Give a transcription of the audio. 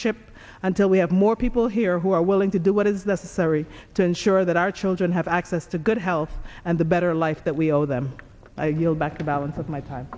chip until we have more people here who are willing to do what is the theory to ensure that our children have access to good health and the better life that we owe them i yield back the balance of my time